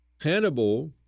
Hannibal